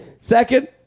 Second